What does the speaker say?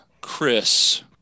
Chris